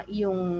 yung